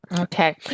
Okay